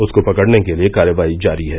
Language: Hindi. उसको पकड़ने के लिए कार्रवाई जारी है